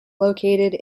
located